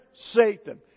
Satan